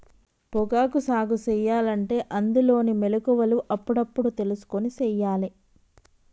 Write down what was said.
పొగాకు సాగు సెయ్యలంటే అందులోనే మొలకలు అప్పుడప్పుడు తెలుసుకొని సెయ్యాలే